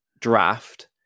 draft